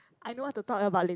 I know what to talk about late